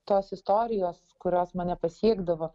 tos istorijos kurios mane pasiekdavo